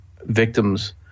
victims